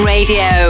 Radio